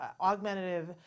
augmentative